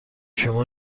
شما